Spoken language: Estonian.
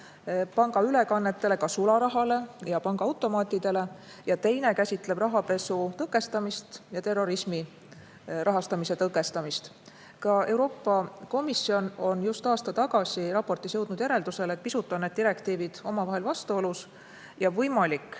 pangaülekannetele, ka sularahale ja pangaautomaatidele, teine käsitleb rahapesu tõkestamist ja terrorismi rahastamise tõkestamist. Ka Euroopa Komisjon jõudis just aasta tagasi raportis järeldusele, et need direktiivid on omavahel veidi vastuolus. Võib-olla